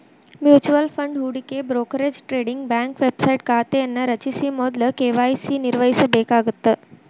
mutual fund ಹೂಡಿಕೆ brokerage trading bank website ಖಾತೆಯನ್ನ ರಚಿಸ ಮೊದ್ಲ ಕೆ.ವಾಯ್.ಸಿ ನಿರ್ವಹಿಸಬೇಕಾಗತ್ತ